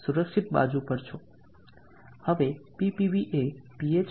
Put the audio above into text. હવે PPV એ Ph 0